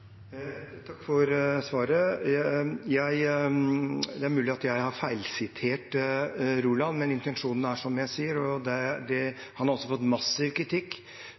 Takk for svaret. Det er mulig at jeg har feilsitert Roland, men intensjonen er som jeg sier, og han har også fått massiv kritikk